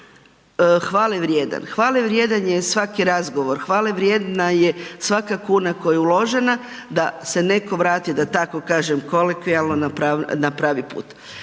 hvalevrijedan. Hvalevrijedan je svaki razgovor, hvalevrijedna je svaka kuna koja je uložena da se neko vati da tako kažem kolokvijalno, na pravi put.